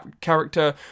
character